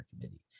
committee